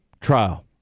trial